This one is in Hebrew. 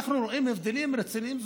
אנחנו רואים הבדלים רציניים.